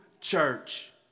church